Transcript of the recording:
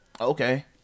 okay